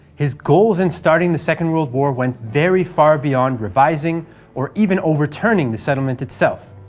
his goals in starting the second world war went very far beyond revising or even overturning the settlement itself,